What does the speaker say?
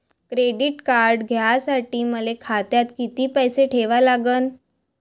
Credit card घ्यासाठी मले खात्यात किती पैसे ठेवा लागन?